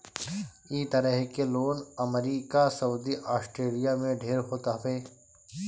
इ तरह के लोन अमेरिका अउरी आस्ट्रेलिया में ढेर होत हवे